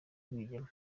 rwigema